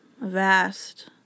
vast